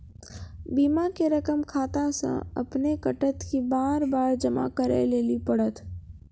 बीमा के रकम खाता से अपने कटत कि बार बार जमा करे लेली पड़त?